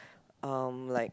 um like